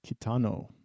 Kitano